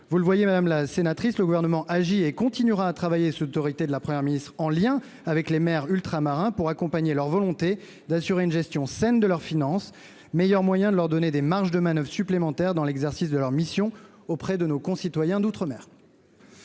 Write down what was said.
Vous le voyez, madame la sénatrice, le Gouvernement agit et continuera de travailler, sous l'autorité de la Première ministre, en lien avec les maires ultramarins, pour accompagner leur volonté d'assurer une gestion saine de leurs finances, meilleur moyen de leur donner des marges de manoeuvre supplémentaires dans l'exercice de leur mission auprès de nos concitoyens d'outre-mer.